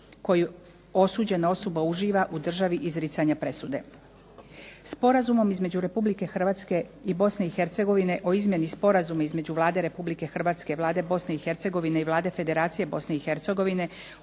koji osuđena osoba uživa u državi izricanja presude. Sporazumom između Republike Hrvatske i Bosne i Hercegovine o izmjeni Sporazuma između Vlade Republike Hrvatske, Vlade Bosne i Hercegovine i Vlade Federacije Bosne i Hercegovine